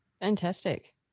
Fantastic